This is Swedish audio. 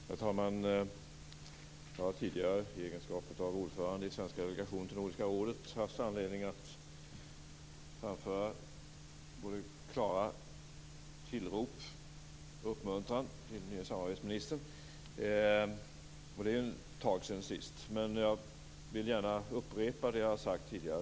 Herr talman! Jag har tidigare i egenskap av ordförande i svenska delegationen till Nordiska rådet haft anledning att framföra både klara tillrop och uppmuntran till den nye samarbetsministern. Det är ett tag sedan sist. Men jag vill gärna upprepa det jag sagt tidigare.